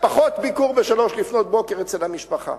פחות ביקור ב-03:00 אצל המשפחה.